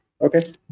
Okay